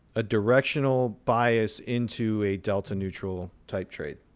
a directional bias into a delta neutral type trait.